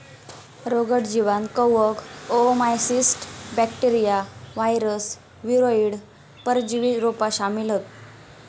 रोगट जीवांत कवक, ओओमाइसीट्स, बॅक्टेरिया, वायरस, वीरोइड, परजीवी रोपा शामिल हत